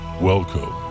welcome